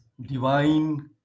divine